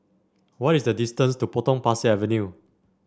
what is the distance to Potong Pasir Avenue